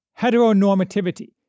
heteronormativity